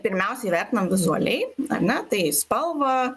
pirmiausiai įvertinam vizualiai ar ne tai spalvą